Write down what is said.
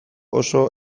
oso